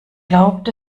glaubt